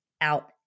out